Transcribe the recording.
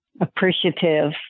appreciative